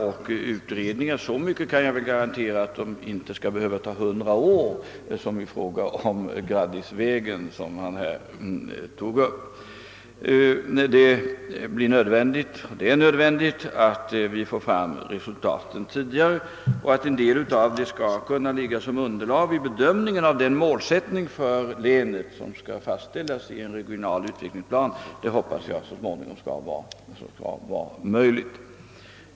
Och så mycket kanske jag kan garantera som att dessa undersökningar inte — såsom fallet varit med förberedelserna för den av herr Andersson i Luleå omnämnda Graddisvägen — skall behöva ta hundra år. Det är nödvändigt att vi får fram resultaten i så god tid att en del av dem kan ligga som underlag vid uppställandet av den målsättning för länen som skall fastläggas i en regional utvecklingsplan, och jag hoppas att detta skall vara möjligt.